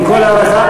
עם כל ההערכה,